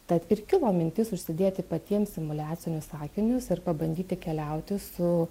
tad ir kilo mintis užsidėti patiems simuliacinius akinius ir pabandyti keliauti su